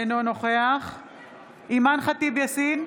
אינו נוכח אימאן ח'טיב יאסין,